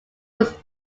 was